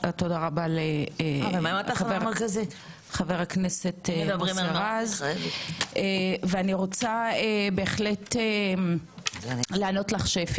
מודה לחבר הכנסת מוסי רז, ורוצה לענות לך שפי